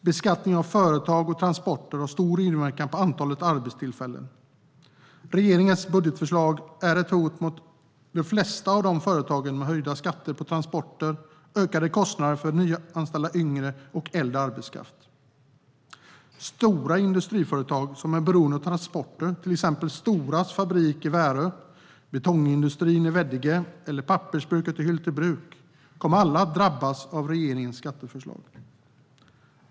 Beskattning av företag och transporter har stor inverkan på antalet arbetstillfällen. Regeringens budgetförslag är ett hot mot de flesta av de företagen, med höjda skatter på transporter, ökade kostnader för att anställa yngre och äldre arbetskraft. Stora industriföretag som är beroende av transporter, till exempel Södras fabrik i Värö, betongindustrin i Veddige och pappersbruket i Hyltebruk, kommer alla att drabbas av regeringens skatteförslag.